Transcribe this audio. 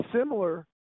similar